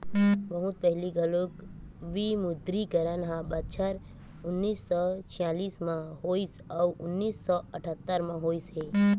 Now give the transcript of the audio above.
बहुत पहिली घलोक विमुद्रीकरन ह बछर उन्नीस सौ छियालिस म होइस अउ उन्नीस सौ अठत्तर म होइस हे